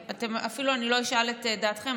אפילו אני לא אשאל את דעתכם.